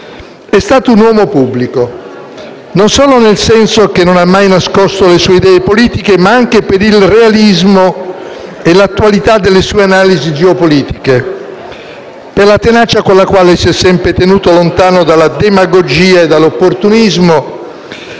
È stato un uomo pubblico, non solo nel senso che non ha mai nascosto le sue idee politiche, ma anche per il realismo e l'attualità delle sue analisi geopolitiche, per la tenacia con la quale si è sempre tenuto lontano dalla demagogia e dall'opportunismo,